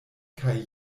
kaj